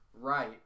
right